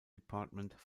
department